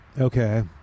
Okay